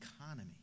economy